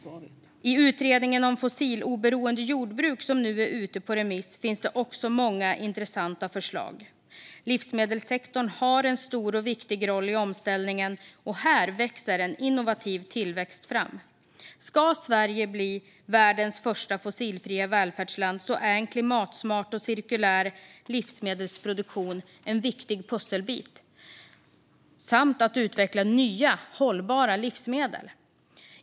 I utredningen om fossiloberoende jordbruk, som nu är ute på remiss, finns det också många intressanta förslag. Livsmedelssektorn har en stor och viktig roll i omställningen, och här sker en innovativ tillväxt. Ska Sverige bli världens första fossilfria välfärdsland är en klimatsmart och cirkulär livsmedelsproduktion en viktig pusselbit. Det gäller också frågan om att utveckla nya hållbara livsmedel.